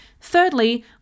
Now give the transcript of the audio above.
Thirdly